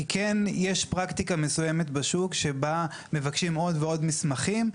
כי כן יש פרקטיקה מסוימת בשוק שבה מבקשים עוד ועוד מסמכים.